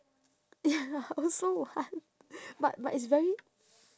ya I also want but but it's very